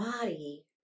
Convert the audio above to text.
body